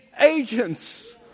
agents